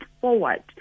forward